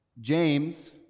James